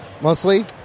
mostly